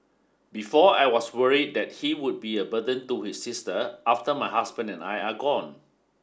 before I was worried that he would be a burden to his sister after my husband and I are gone